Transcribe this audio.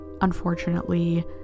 Unfortunately